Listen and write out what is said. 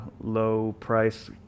low-price